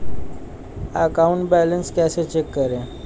Account balance कैसे check करें?